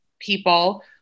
people